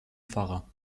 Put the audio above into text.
pfarrer